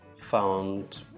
found